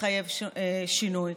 מחייב שינוי?